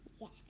Yes